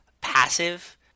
passive